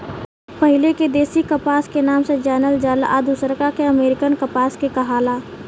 पहिले के देशी कपास के नाम से जानल जाला आ दुसरका के अमेरिकन कपास के कहाला